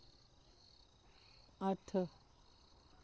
अट्ठ